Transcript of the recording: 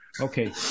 Okay